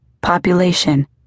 Population